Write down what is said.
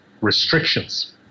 restrictions